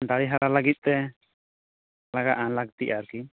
ᱫᱟᱨᱮ ᱦᱟᱨᱟ ᱞᱟᱹᱜᱤᱛᱼᱛᱮ ᱞᱟᱜᱟᱜᱼᱟ ᱞᱟᱹᱠᱛᱤᱜᱼᱟ ᱟᱨᱠᱤ